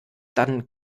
dann